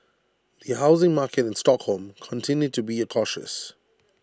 the housing market in Stockholm continued to be cautious